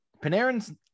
panarins